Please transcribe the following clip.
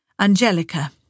Angelica